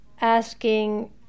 asking